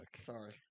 sorry